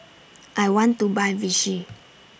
I want to Buy Vichy